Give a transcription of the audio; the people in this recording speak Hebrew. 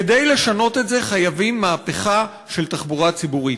כדי לשנות את זה חייבים מהפכה של תחבורה ציבורית.